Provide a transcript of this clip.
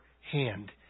hand